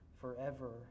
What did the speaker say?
forever